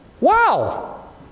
Wow